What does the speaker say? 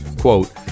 Quote